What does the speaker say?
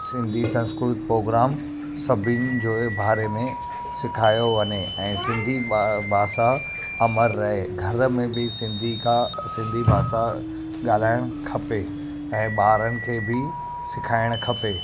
Sindhi Sanskrit programme सभिनी जो बारे में सेखारियो वञे ऐं सिंधी बा भाषा अमरु रहे घर में बि सिंधी का सिंधी भाषा ॻाल्हाइणु खपे ऐं ॿारनि खे बि सिखाइणु खपे